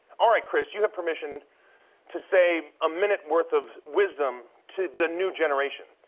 all right, chris, you have permission to say a minute worth of wisdom to the new generation.